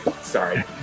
sorry